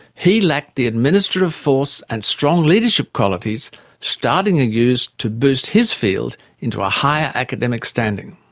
he lacked the administrative force and strong leadership qualities staudinger used to boost his field into a higher academic standing.